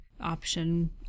option